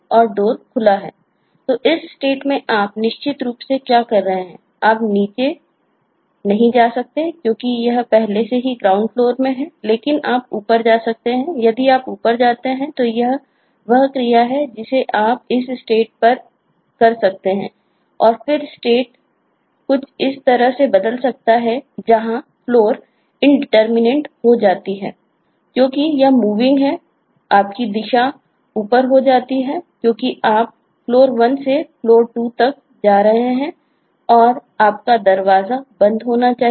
क्योंकि यह moving है आपकी दिशा ऊपर हो जाती है क्योंकि आप फ्लोर 1 से फ्लोर 2 तक जा रहे हैं और आपका Door बंद होना चाहिए